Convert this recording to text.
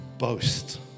boast